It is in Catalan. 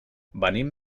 venim